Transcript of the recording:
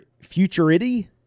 Futurity